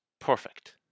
perfect